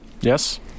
Yes